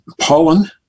pollen